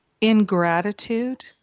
ingratitude